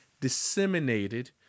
disseminated